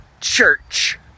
church